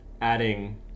adding